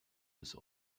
des